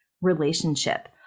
relationship